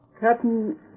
Captain